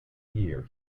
year